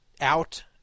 out